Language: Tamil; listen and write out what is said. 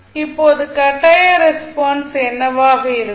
இப்போது கட்டாய ரெஸ்பான்ஸ் என்னவாக இருக்கும்